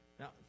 Now